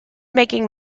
making